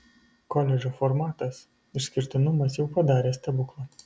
koledžo formatas išskirtinumas jau padarė stebuklą